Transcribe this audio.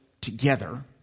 together